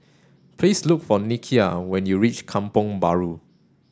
please look for Nikia when you reach Kampong Bahru